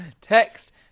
Text